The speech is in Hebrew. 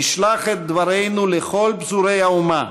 נשלח את דברינו לכל פזורי האומה: